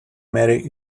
mary